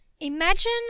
Imagine